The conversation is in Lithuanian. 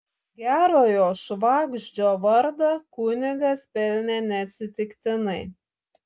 gerojo švagždžio vardą kunigas pelnė neatsitiktinai